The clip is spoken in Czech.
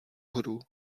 hru